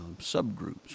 subgroups